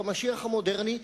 כמשיח המודרני,